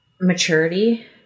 maturity